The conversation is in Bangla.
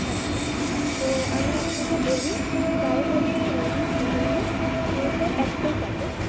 আচ্ছা তো আমি আপনাকে বলি গায়ে হলুদ সঙ্গীত মেহেন্দি পুরোটাই একটাই প্যাকেজ